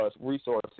resources